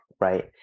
right